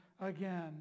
again